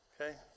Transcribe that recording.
Okay